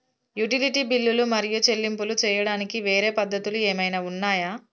Utility బిల్లులు మరియు చెల్లింపులు చేయడానికి వేరే పద్ధతులు ఏమైనా ఉన్నాయా?